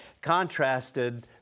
contrasted